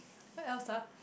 what else ah